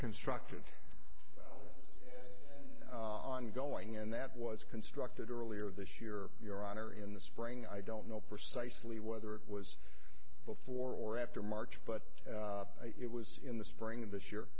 constructed ongoing and that was constructed earlier this year your honor in the spring i don't know precisely whether it was before or after march but it was in the spring this year